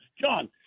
John